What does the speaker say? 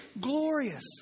glorious